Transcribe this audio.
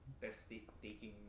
test-taking